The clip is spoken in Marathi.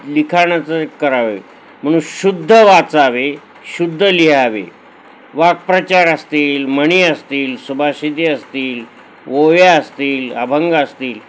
लिखाणाचं करावे म्हणून शुद्ध वाचावे शुद्ध लिहावे वाकप्रचार असतील म्हणी असतील सुभाषितं असतील ओव्या असतील अभंग असतील